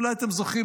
אולי אתם זוכרים,